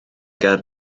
ger